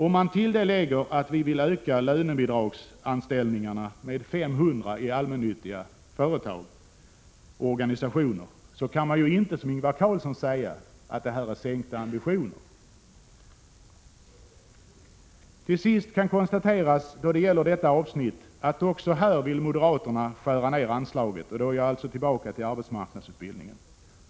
Om man till det lägger att vi vill öka lönebidragsanställningarna med 500 i allmännyttiga företag och organisationer, så kan man ju inte säga som Ingvar Karlsson i Bengtsfors, att det är fråga om sänkta ambitioner. Till sist kan man beträffande arbetsmarknadsutbildningen konstatera att moderaterna även här vill skära ned anslaget.